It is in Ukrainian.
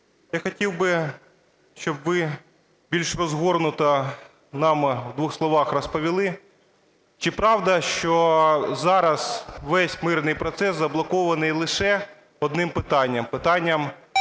Я хотів би, щоб ви більш розгорнуто нам, в двох словах розповіли, чи правда, що зараз весь мирний процес заблокований лише одним питанням – питанням